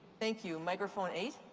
thank you. microphone eight?